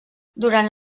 durant